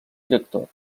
director